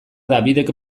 dabidek